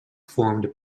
formed